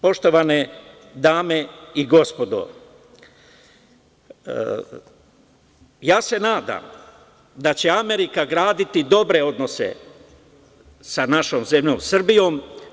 Poštovane dame i gospodo, ja se nadam da će Amerika graditi dobre odnose sa našom zemljom Srbijom.